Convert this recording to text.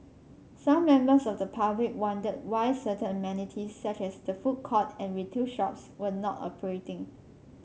some members of the public wondered why certain amenities such as the food court and retail shops were not operating